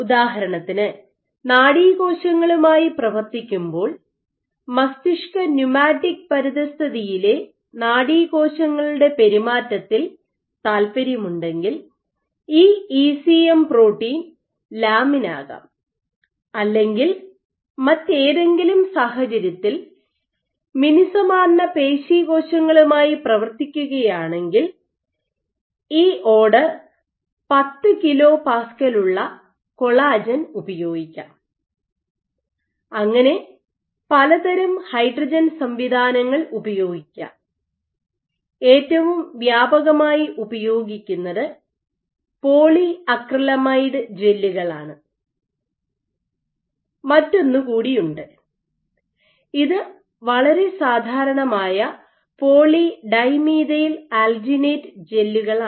ഉദാഹരണത്തിന് നാഡീകോശങ്ങളുമായി പ്രവർത്തിക്കുമ്പോൾ മസ്തിഷ്ക ന്യൂമാറ്റിക് പരിതസ്ഥിതിയിലെ നാഡീകോശങ്ങളുടെ പെരുമാറ്റത്തിൽ താൽപ്പര്യമുണ്ടെങ്കിൽ ഈ ഇസിഎം പ്രോട്ടീൻ ലാമിൻ ആകാം അല്ലെങ്കിൽ മറ്റേതെങ്കിലും സാഹചര്യത്തിൽ മിനുസമാർന്ന പേശി കോശങ്ങളുമായി പ്രവർത്തിക്കുകയാണെങ്കിൽ ഇ ഓർഡർ 10 കിലോ പാസ്കലുള്ള കൊളാജൻ ഉപയോഗിക്കാം അങ്ങനെ പലതരം ഹൈഡ്രജൻ സംവിധാനങ്ങൾ ഉപയോഗിക്കാം ഏറ്റവും വ്യാപകമായി ഉപയോഗിക്കുന്നത് പോളിഅക്രിലമൈഡ് ജെല്ലുകളാണ് മറ്റൊന്ന് കൂടിയുണ്ട് ഇത് വളരെ സാധാരണമായ പോളി ഡൈമീഥൈൽ ആൽജിനേറ്റ് ജെല്ലുകളാണ്